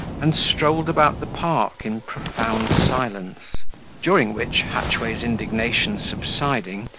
and strolled about the park in profound silence during which, hatchway's indignation subsiding,